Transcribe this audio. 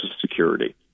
Security